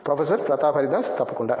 professor Pratap Haridas తప్పకుండా